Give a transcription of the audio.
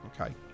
okay